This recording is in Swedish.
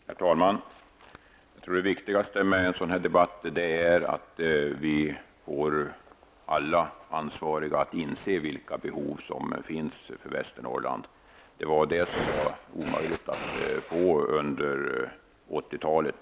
Herr talman! Jag tror att det viktigaste med en sådan här debatt är att vi får alla ansvariga att inse vilka behov som finns i Västernorrland. Det var omöjligt att åstadkomma detta under 80-talet.